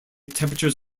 temperatures